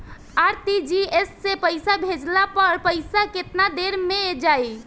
RTGS से पईसा भेजला पर पईसा केतना देर म जाई?